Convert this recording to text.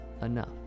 enough